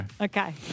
Okay